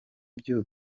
byo